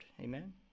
Amen